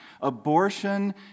Abortion